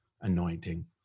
anointing